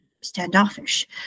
standoffish